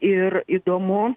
ir įdomu